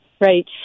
Right